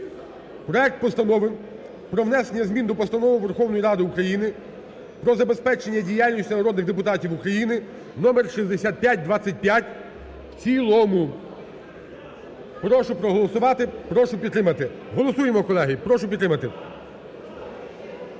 проект Постанови про внесення змін до Постанови Верховної Ради України "Про забезпечення діяльності народних депутатів" України (номер 6525) в цілому. Прошу проголосувати, прошу підтримати, голосуємо, колеги, прошу підтримати.